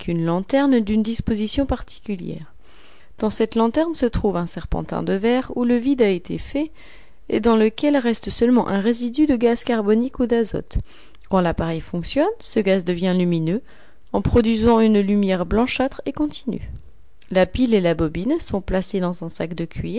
une lanterne d'une disposition particulière dans cette lanterne se trouve un serpentin de verre où le vide a été fait et dans lequel reste seulement un résidu de gaz carbonique ou d'azote quand l'appareil fonctionne ce gaz devient lumineux en produisant une lumière blanchâtre et continue la pile et la bobine sont placées dans un sac de cuir